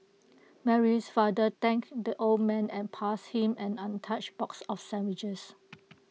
Mary's father thank the old man and passed him an untouched box of sandwiches